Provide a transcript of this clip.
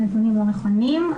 נתונים לא נכונים.